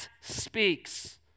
speaks